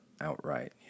outright